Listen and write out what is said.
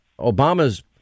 obama's